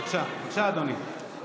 בבקשה, אדוני.